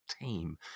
team